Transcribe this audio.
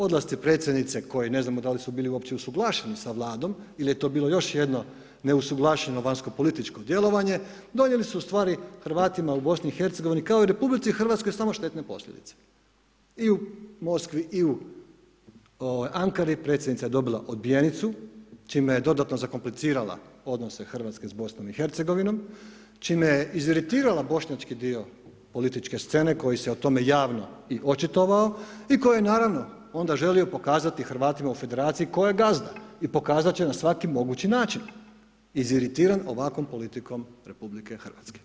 Odlasci predsjednice koji ne znamo da li su bili uopće usuglašeni s Vladom ili je to bilo još jedno neusuglašeno vanjskopolitičko djelovanje donijeli su u stvari Hrvatima u BiH kao i RH samo štetne posljedice i u Moskvi i u Ankari predsjednica je dobila odbijenicu čime je dodatno zakomplicirala odnose Hrvatske s BiH čime je iz iritirala bošnjački dio političke scene koji se o tome javno i očitovao i koji je naravno onda želio pokazati Hrvatima u federaciji ko je gazda i pokazat će na svaki mogući način, iz iritiran ovakvom politikom RH.